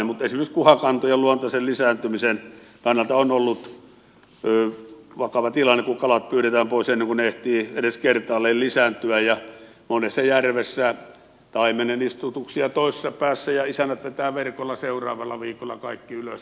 mutta esimerkiksi kuhakantojen luontaisen lisääntymisen kannalta on ollut vakava tilanne kun kalat pyydetään pois ennen kuin ne ehtivät edes kertaalleen lisääntyä ja monessa järvessä taimenen istutuksia tehdään toisessa päässä ja isännät vetävät verkolla seuraavalla viikolla kaikki ylös